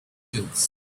cubes